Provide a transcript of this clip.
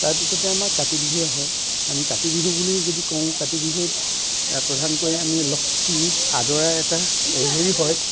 তাৰ পিছতে আমাৰ কাতি বিহু আহে আমি কাতি বিহু বুলি যদি কওঁ কাতি বিহুত প্ৰধানকৈ আমি লক্ষ্মীক আদৰাৰ এটা হেৰি হয়